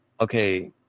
okay